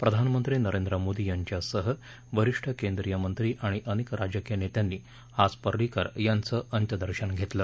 प्रधानमंत्री नरेंद्र मोदी यांच्यासह वरीष्ठ केंद्रीयमंत्री आणि अनेक राजकीय नेत्यांनी आज पर्रिकर यांचं अंत्यं दर्शन घेतलं